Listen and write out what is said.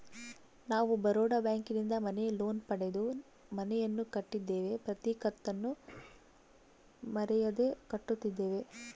ನಾವು ಬರೋಡ ಬ್ಯಾಂಕಿನಿಂದ ಮನೆ ಲೋನ್ ಪಡೆದು ಮನೆಯನ್ನು ಕಟ್ಟಿದ್ದೇವೆ, ಪ್ರತಿ ಕತ್ತನ್ನು ಮರೆಯದೆ ಕಟ್ಟುತ್ತಿದ್ದೇವೆ